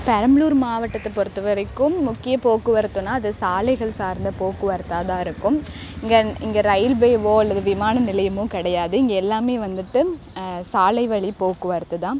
பெரம்பலூர் மாவட்டத்தை பொறுத்தவரைக்கும் முக்கிய போக்குவரத்துன்னா அது சாலைகள் சார்ந்த போக்குவரத்தா தான் இருக்கும் இங்கே இங்கே ரயில்வேவோ அல்லது விமான நிலையமோ கிடையாது இங்கே எல்லாம் வந்துட்டு சாலை வழி போக்குவரத்து தான்